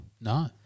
no